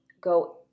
go